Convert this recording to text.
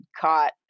caught